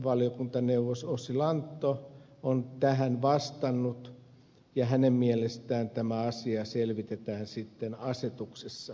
valiokuntaneuvos ossi lantto on tähän vastannut ja hänen mielestään tämä asia selvitetään sitten asetuksessa